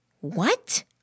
What